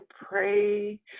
pray